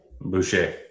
Boucher